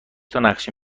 تانقشه